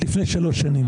לפני שלוש שנים.